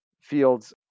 fields